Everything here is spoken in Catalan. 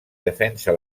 defensa